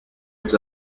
its